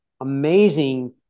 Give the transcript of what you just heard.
amazing